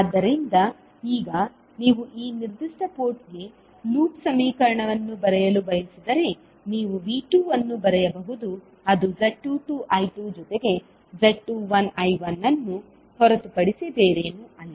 ಆದ್ದರಿಂದ ಈಗ ನೀವು ಈ ನಿರ್ದಿಷ್ಟ ಪೋರ್ಟ್ಗೆ ಲೂಪ್ ಸಮೀಕರಣವನ್ನು ಬರೆಯಲು ಬಯಸಿದರೆ ನೀವು V2 ಅನ್ನು ಬರೆಯಬಹುದು ಅದು Z22 I2 ಜೊತೆಗೆ Z21 I1 ಅನ್ನು ಹೊರತುಪಡಿಸಿ ಬೇರೇನೂ ಅಲ್ಲ